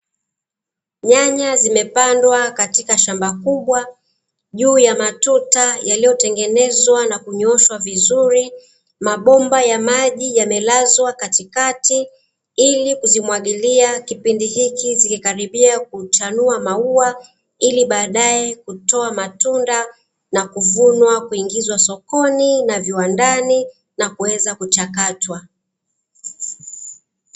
Nyanya zimepandwa katika shamba kubwa, juu ya matuta yaliyotengenezwa na kunyooshwa vizuri. Mabomba ya maji yamelazwa katikati, ili kuzimwagilia kipindi hiki zikikaribia kuchanua mauwa ili, baadae kutoa matunda na kuvunwa kuingizwa sokoni na viwandani na kuweza kuchakatwa.